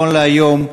נכון להיום,